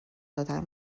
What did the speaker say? دادن